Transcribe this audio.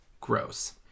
Gross